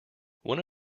one